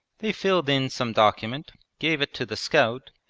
they filled in some document, gave it to the scout,